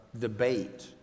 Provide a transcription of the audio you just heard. debate